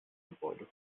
gebäude